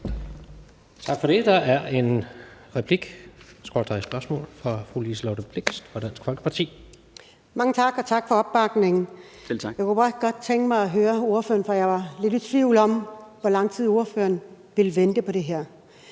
Tak for det. Der er en replik/et spørgsmål fra fru Liselott Blixt fra Dansk Folkeparti. Kl. 13:12 Liselott Blixt (DF): Mange tak, og tak for opbakningen. Jeg kunne godt tænke mig at høre ordføreren – for det var jeg lidt i tvivl om – hvor lang tid ordføreren vil vente på det her.